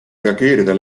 reageerida